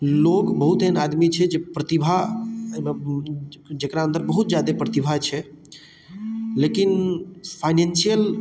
लोग बहुत एहन आदमी छै जे प्रतिभा एहिमे जेकरा अन्दर बहुत जादे प्रतिभा छै लेकिन फाइनेन्शियल